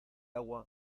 agua